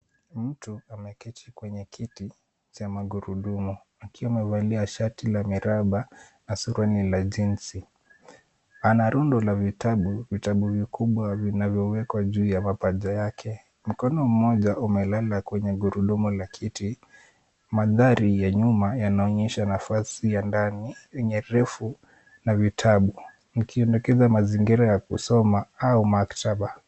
Mtu ameketi kwenye kiti cha magurudumu, akiwa amevalia shati la miraba na suruali la jeans , ana rundo rwa vitabu, vitabu vikubwa vinavyowekwa juu ya mapaja yake, mkono mmoja umelala kwenye gurudumu la kiti. Mandhari ya nyuma yanaonyesha nafasi ya ndani yenye refu na vitabu, yakionyesha mazingira ya kusoma au maktaba.